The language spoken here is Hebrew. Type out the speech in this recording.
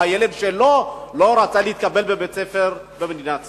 הילד שלא רצו לקבל בבית-ספר במדינת ישראל?